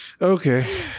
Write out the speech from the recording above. okay